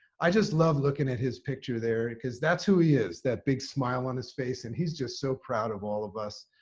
i just love looking at his picture there because that's who he is. that big smile on his face. and he's just so proud of all of us,